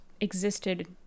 existed